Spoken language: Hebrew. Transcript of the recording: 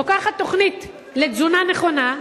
לוקחת תוכנית לתזונה נכונה,